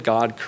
God